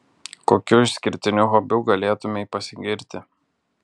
kokiu išskirtiniu hobiu galėtumei pasigirti